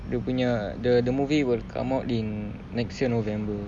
dia punya the the movie will come out in next year november